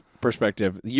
perspective